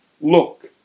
Look